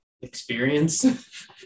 Experience